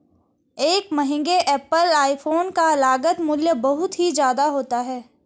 एक महंगे Apple iPhone का लागत मूल्य बहुत ही ज्यादा होता है